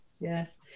Yes